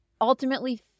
ultimately